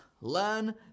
learn